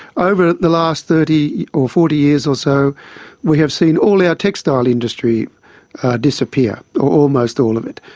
over the last thirty or forty years or so we have seen all our textile industry disappear, or almost all of it,